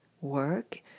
work